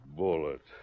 bullet